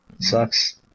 sucks